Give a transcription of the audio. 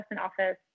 office